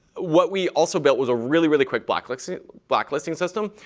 what we also built was a really, really quick blacklisting blacklisting system.